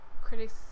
critics